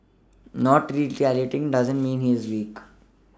not retaliating does not mean he is weak